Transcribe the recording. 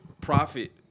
profit